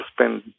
spend